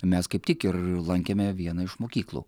mes kaip tik ir lankėme vieną iš mokyklų